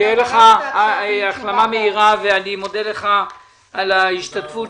שתהיה לך החלמה מהירה, ואני מודה לך על ההשתתפות.